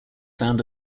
found